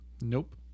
Nope